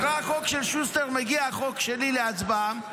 אחרי החוק של שוסטר מגיע החוק שלי להצבעה.